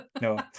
no